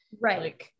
right